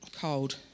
cold